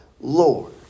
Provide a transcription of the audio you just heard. Lord